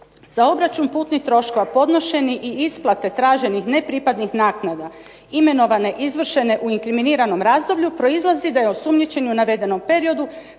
za obračun putnih troškova podnošeni i isplate traženih nepripadnih naknada imenovane, izvršene u inkriminiranom razdoblju proizlazi da je osumnjičeni u navedenom periodu